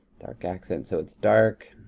dark accent, so it's dark,